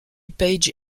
page